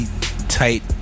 tight